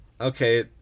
Okay